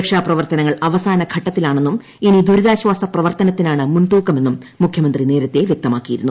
രക്ഷാപ്രവർത്തനങ്ങൾ അവസാനഘട്ടത്തിലാണെന്നും ഇനി ദുരിതാശ്വാസ പ്രവർത്തനത്തിനാണ് മുൻതൂക്കമെന്നും മുഖ്യമന്ത്രി നേരത്തെ വ്യക്തമാക്കിയിരുന്നു